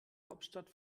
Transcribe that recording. hauptstadt